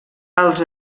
els